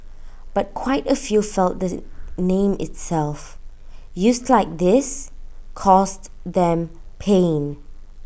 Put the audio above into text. but quite A few felt that the name itself used like this caused them pain